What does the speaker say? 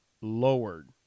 lowered